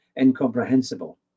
incomprehensible